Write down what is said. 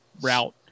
route